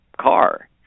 car